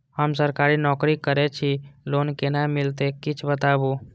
हम सरकारी नौकरी करै छी लोन केना मिलते कीछ बताबु?